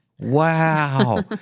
Wow